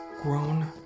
grown